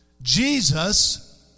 Jesus